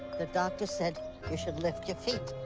the doctor said you should lift your feet.